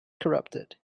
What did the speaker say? corrupted